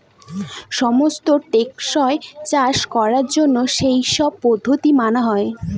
সমস্ত টেকসই চাষ করার জন্য সেই সব পদ্ধতি মানা হয়